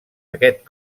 aquest